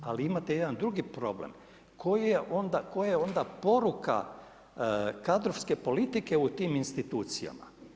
Ali imate jedan drugi problem, koja je onda poruka kadrovske politike u tim institucijama.